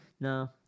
No